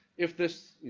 if this, you